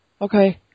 Okay